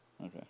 Okay